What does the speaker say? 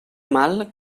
mal